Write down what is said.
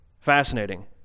Fascinating